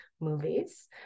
movies